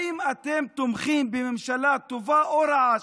האם אתם תומכים בממשלה טובה או רעה?